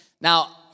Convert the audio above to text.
Now